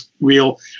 real